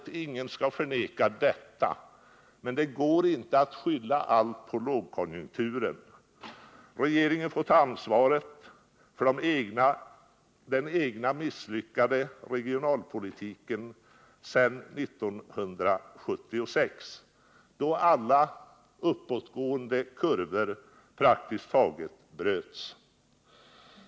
Ingen skall förneka det. Men det går inte att skylla allt på lågkonjunkturen. Regeringen får ta ansvaret för den egna misslyckade regionalpolitiken sedan 1976, då alla uppåtgående kurvor praktiskt taget bröts.